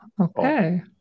Okay